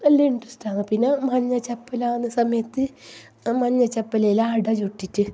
വലിയ ഇന്ട്രസ്റ്റ് ആണ് പിന്നെ മഞ്ഞ ചപ്പില ആകുന്ന സമയത്ത് മഞ്ഞ ചപ്പിലയില് അട ചുട്ടിട്ട്